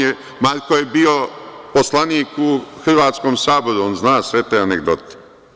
Pa, dobro, Marko je bio poslanik u hrvatskom Saboru, on zna sve te anegdote.